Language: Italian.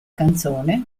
canzone